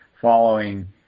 following